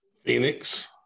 Phoenix